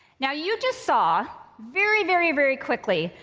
now, you just saw very, very, very quickly,